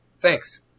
Thanks